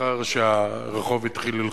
לאחר שהרחוב התחיל ללחוץ.